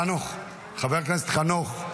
חנוך, חבר הכנסת חנוך.